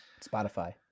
spotify